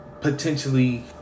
potentially